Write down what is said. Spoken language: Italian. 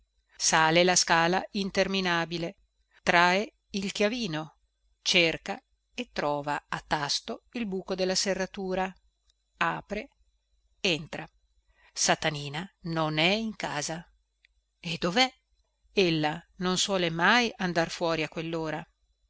sale la scala interminabile trae il chiavino cerca e trova a tasto il buco della serratura apre entra satanina non è in casa e dovè ella non suole mai andar fuori a quellora